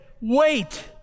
Wait